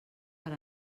per